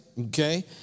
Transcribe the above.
okay